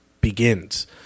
begins